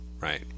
right